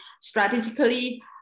strategically